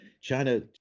China